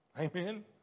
Amen